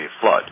flood